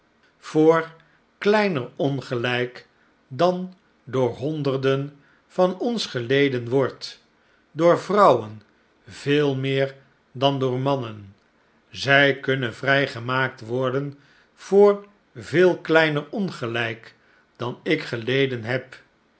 voor kleiner ongelijk dan door honderden van ons geleden wordt door vrouwen veel meer dan door mannen zij kunnen vrijgemaakt worden voor veel kleiner ongelijk dan ik geleden heb